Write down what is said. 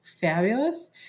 fabulous